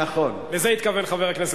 לזה התכוון חבר הכנסת גילאון.